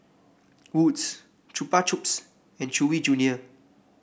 Wood's Chupa Chups and Chewy Junior